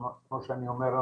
כמו שאני אומר,